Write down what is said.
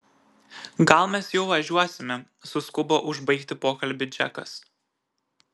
gal mes jau važiuosime suskubo užbaigti pokalbį džekas